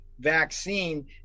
Vaccine